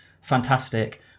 fantastic